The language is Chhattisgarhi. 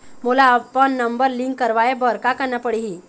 मोला अपन नंबर लिंक करवाये बर का करना पड़ही?